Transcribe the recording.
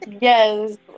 yes